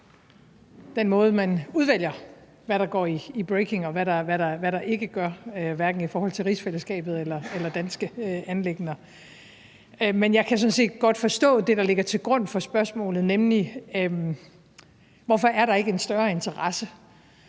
den måde, man udvælger, hvad der går i breaking, og hvad der ikke gør, hverken i forhold til rigsfællesskabet eller danske anliggender. Men jeg kan sådan set godt forstå det, der ligger til grund for spørgsmålet, nemlig hvorfor der ikke er en større interesse